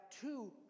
two